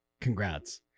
Congrats